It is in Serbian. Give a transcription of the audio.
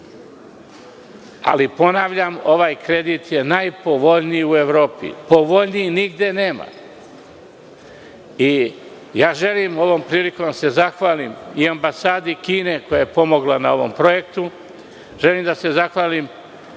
investicija. Ponavljam, ovaj kredit je najpovoljniji u Evropi. Povoljniji nigde nema. Želim ovom prilikom da se zahvalim Ambasadi Kine koja je pomogla na ovom projektu. Želim da se zahvalim